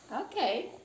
Okay